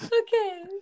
Okay